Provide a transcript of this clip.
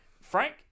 Frank